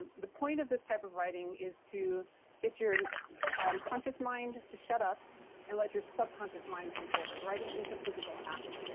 and the point of this type of writing is to get your conscious mind to shut up and let your subconscious mind come forward. writing is a physical act.